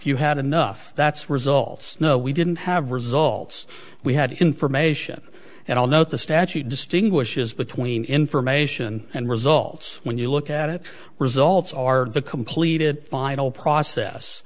you had enough that's results no we didn't have results we had information and i'll note the statute distinguishes between information and results when you look at it results are the completed final process